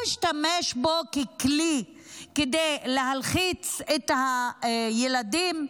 הוא השתמש בו ככלי כדי להלחיץ את הילדים,